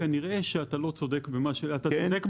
כנראה שאתה צודק בתפיסה,